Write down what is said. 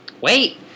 Wait